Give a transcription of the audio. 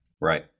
Right